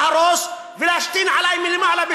להרוס ולהשתין עלי מלמעלה,